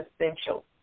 essential